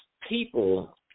people